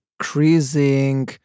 increasing